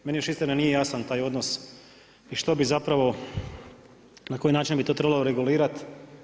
Meni još istina nije jasan taj odnos i što bi zapravo, na koji način bi to trebalo regulirati.